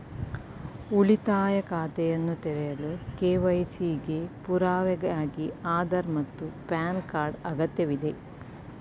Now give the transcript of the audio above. ಉಳಿತಾಯ ಖಾತೆಯನ್ನು ತೆರೆಯಲು ಕೆ.ವೈ.ಸಿ ಗೆ ಪುರಾವೆಯಾಗಿ ಆಧಾರ್ ಮತ್ತು ಪ್ಯಾನ್ ಕಾರ್ಡ್ ಅಗತ್ಯವಿದೆ